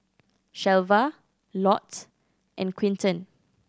Shelva Lott and Quinton